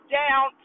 down